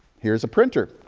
here's a printer.